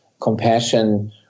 compassion –